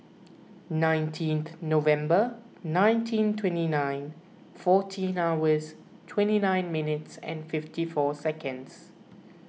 nineteen November nineteen twenty nine fourteen hours twenty nine minutes and fifty four seconds